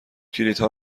کلیدها